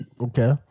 okay